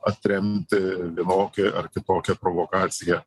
atremti vienokią ar kitokią provokaciją